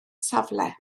safle